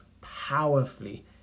powerfully